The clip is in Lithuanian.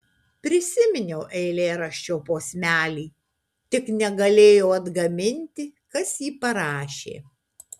prisiminiau eilėraščio posmelį tik negalėjau atgaminti kas jį parašė